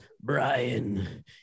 Brian